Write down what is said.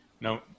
No